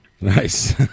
Nice